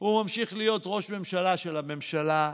הוא ממשיך להיות ראש ממשלה של הממשלה,